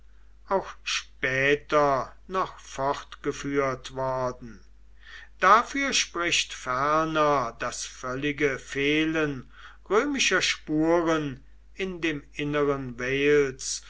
auch später noch fortgeführt worden dafür spricht ferner das völlige fehlen römischer spuren in dem inneren